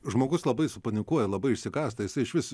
žmogus labai supanikuoja labai išsigąsta jisai išvis